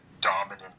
dominant